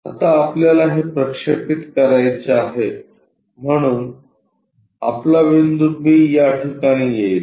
आता आपल्याला हे प्रक्षेपित करायचे आहे म्हणून आपला बिंदू b या ठिकाणी येईल